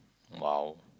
!wow!